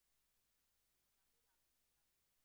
מה גם שההצעה שלך